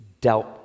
dealt